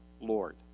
Lord